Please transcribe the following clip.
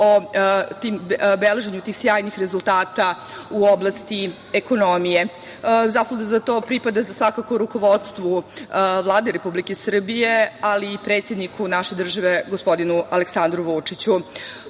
o beleženju tih sjajnih rezultata u oblasti ekonomije. Zasluga za to pripada svakako rukovodstvu Vlade Republike Srbije, ali i predsedniku naše države gospodinu Aleksandru Vučiću. Rekla